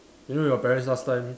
you know your parents last time